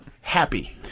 happy